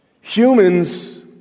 Humans